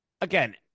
Again